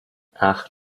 ach